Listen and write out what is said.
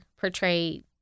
portrayed